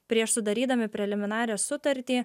prieš sudarydami preliminarią sutartį